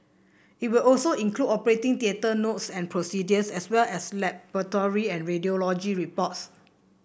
it will also include operating theatre notes and procedures as well as laboratory and radiology reports